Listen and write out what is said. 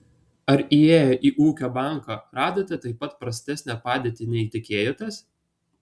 ar įėję į ūkio banką radote taip pat prastesnę padėtį nei tikėjotės